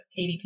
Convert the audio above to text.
KDP